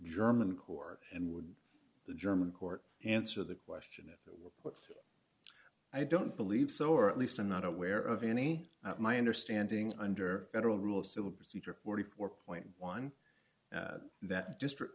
german court and would the german court answer the question if i don't believe so or at least i'm not aware of any my understanding under federal rule of civil procedure forty four point one that district